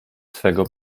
swego